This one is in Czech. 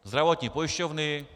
Zdravotní pojišťovny.